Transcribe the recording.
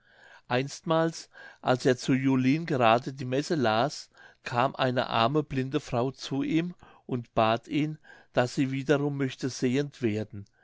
einstmals als er zu julin gerade die messe las kam eine arme blinde frau zu ihm und bat ihn daß sie wiederum möchte sehend werden